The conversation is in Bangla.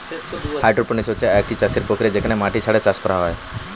হাইড্রোপনিক্স হচ্ছে একটি চাষের প্রক্রিয়া যেখানে মাটি ছাড়া চাষ করা হয়